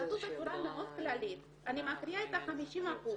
אני מקריאה את ה-50%.